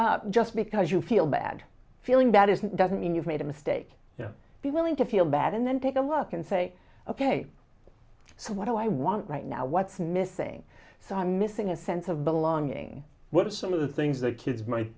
up just because you feel bad feeling that isn't doesn't mean you've made a mistake be willing to feel bad and then take a look and say ok so what do i want right now what's missing so i'm missing a sense of belonging what are some of the things that kids might